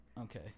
okay